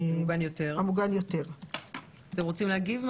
קופות החולים, אתם רוצים להגיב?